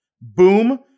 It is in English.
Boom